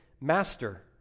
master